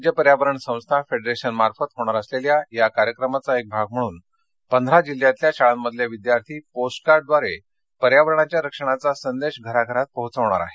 राज्य पर्यावरण संस्था फेडरेशनमार्फत होणार असलेल्या या कार्यक्रमाचा एक भाग म्हणून पंधरा जिल्ह्यांमधल्या शाळांमधले विद्यार्थी पोस्ट कार्डद्वारे पर्यावरणाच्या रक्षणाचा संदेश घराघरात पोहोचवणार आहेत